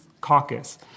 caucus